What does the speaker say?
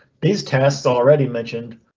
these tasks already mentioned,